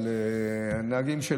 של נהגים,